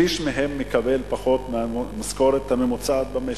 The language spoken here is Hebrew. שליש מהם מקבל פחות מהמשכורת הממוצעת במשק.